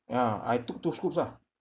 ah I took two scoops ah